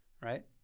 right